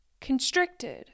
constricted